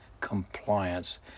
compliance